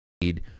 need